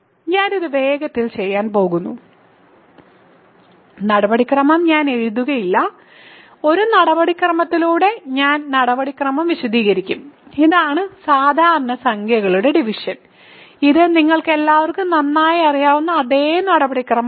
ഞാൻ ഇത് വേഗത്തിൽ ചെയ്യാൻ പോകുന്നു നടപടിക്രമം ഞാൻ എഴുതുകയില്ല ഒരു നടപടിക്രമത്തിലൂടെ ഞാൻ നടപടിക്രമം വിശദീകരിക്കും ഇതാണ് സാധാരണ സംഖ്യകളുടെ ഡിവിഷൻ ഇത് നിങ്ങൾക്കെല്ലാവർക്കും നന്നായി അറിയാവുന്ന അതേ നടപടിക്രമമാണ്